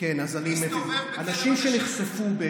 מאומתים לאנשים שנחשפו יכולים